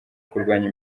kurwanya